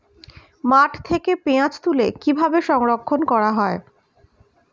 মাঠ থেকে পেঁয়াজ তুলে কিভাবে সংরক্ষণ করা হয়?